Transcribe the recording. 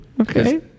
Okay